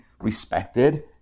respected